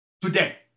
today